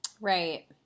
Right